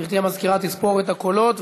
גברתי המזכירה תספור את הקולות,